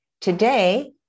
Today